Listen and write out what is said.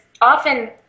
often